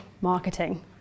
marketing